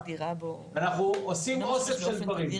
אנחנו עושים אוסף של דברים.